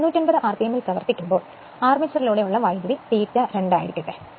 750 ആർപിഎമ്മിൽ പ്രവർത്തിക്കുമ്പോൾ അർമേച്ചറിലൂടെയുള്ള വൈദ്യുതി ∅2 ആയിരിക്കട്ടെ